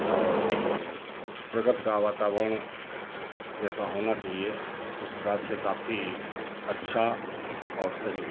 और प्रकृति का वातावरण जैसा होना चाहिए उस हिसाब से काफ़ी अच्छा और सही है